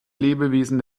lebewesen